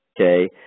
okay